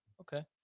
Okay